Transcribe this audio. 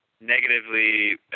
negatively